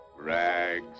Rags